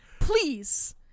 Please